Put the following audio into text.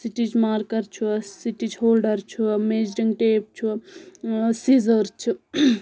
stitch marker چھُ stitch holder چھُ measuring tape چھُ سیٖزر چھُ